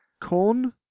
Corn